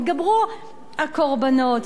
יתרבו הקורבנות,